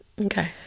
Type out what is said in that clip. Okay